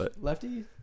Lefty